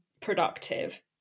productive